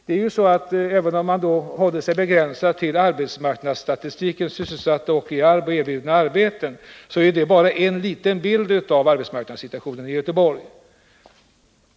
Om man håller sig till arbetsmarknadsstatistiken och redovisningen av antalet sysselsatta och antalet efterfrågade arbeten, så ger detta bara en begränsad bild av arbetsmarknadssituationen i Göteborg.